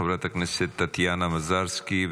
חברת הכנסת טטיאנה מזרסקי,